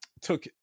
took